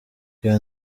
iyo